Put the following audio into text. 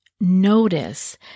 notice